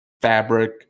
fabric